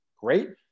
Great